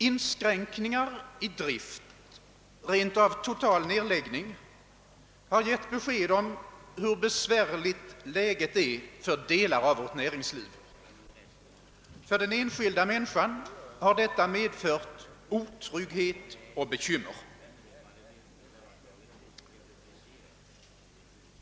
Inskränkningar i drift eller rentav totala nedläggningar har givit besked om hur besvärligt läget är för delar av vårt näringsliv. För den enskilda människan har detta medfört otrygghet och bekymmer.